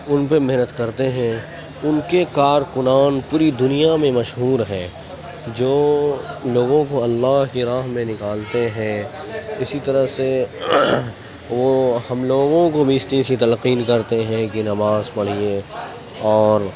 ان پہ محنت کرتے ہیں ان کے کارکنان پوری دنیا میں مشہور ہیں جو لوگوں کو اللہ کی راہ میں نکالتے ہیں اسی طرح سے وہ ہم لوگوں کو بھی اس چیز کی تلقین کرتے ہیں کہ نماز پڑھیے اور